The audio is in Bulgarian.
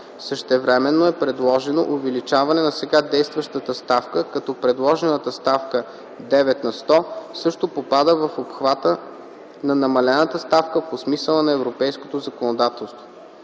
Същевременно е предложено увеличаване на сега действащата ставка, като предложената ставка (9 на сто) също попада в обхвата на намалената ставка по смисъла на европейското законодателство.